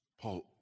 Paul